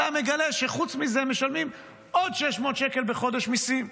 אתה מגלה שחוץ מזה משלמים עוד 600 שקל מיסים בחודש.